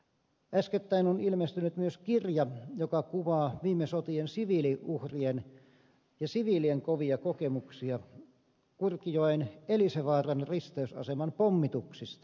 äskettäin on ilmestynyt myös kirja joka kuvaa viime sotien siviiliuhrien ja siviilien kovia kokemuksia kurkijoen elisenvaaran risteysaseman pommituksista